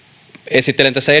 esittelen tässä